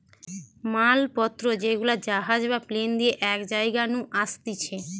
মাল পত্র যেগুলা জাহাজ বা প্লেন দিয়ে এক জায়গা নু আসতিছে